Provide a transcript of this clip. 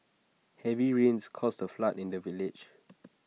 heavy rains caused A flood in the village